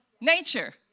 nature